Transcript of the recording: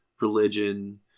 religion